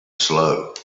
slow